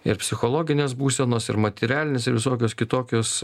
ir psichologinės būsenos ir materialinės ir visokios kitokios